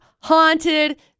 Haunted